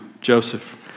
Joseph